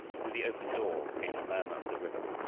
through the open door came the murmur of the river,